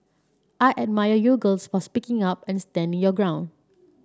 I admire you girls for speaking up and standing your ground